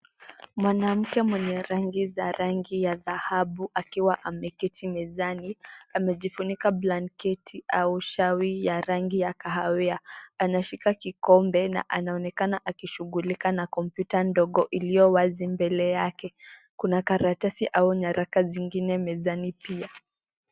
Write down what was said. Mwanamke mwenye rangi za rangi ya dhahabu akiwa ameketi mezani. Amejifunika blanketi au shawi ya rangi ya kahawia. Anashika kikombe na anaonekana akishughulika na kompyuta ndogo iliyo wazi mbele yake Kuna karatasi au nyaraka zingine mezani pia.